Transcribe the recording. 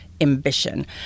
ambition